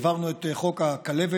העברנו בחודש שעבר את חוק הכלבת,